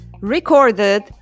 recorded